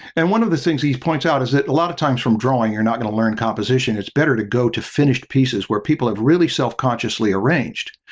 and one of the things he points out is that a lot of times from drawing, you're not going to learn composition. it's better to go to finished pieces where people have really self-consciously arranged.